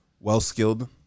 well-skilled